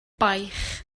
baich